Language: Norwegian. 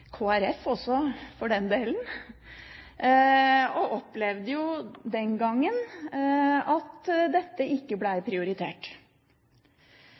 også, for den del – og opplevde den gangen at dette ikke ble prioritert.